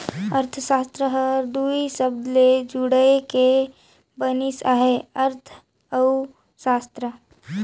अर्थसास्त्र हर दुई सबद ले जुइड़ के बनिस अहे अर्थ अउ सास्त्र